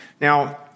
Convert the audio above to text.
Now